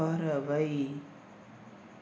பறவை